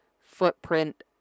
footprint